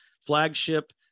flagship